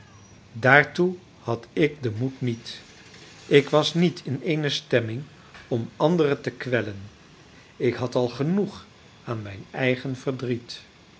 daartoe had ik den moed niet ik was niet in eene stemming om anderen te kwellen ik had al genoeg aan mijn eigen verdriet